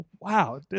Wow